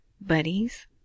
buddies